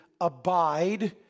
Abide